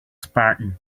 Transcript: spartan